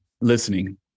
listening